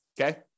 okay